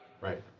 right